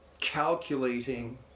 calculating